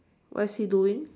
what is he doing